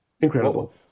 incredible